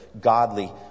godly